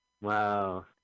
Wow